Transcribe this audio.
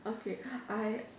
okay I